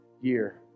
year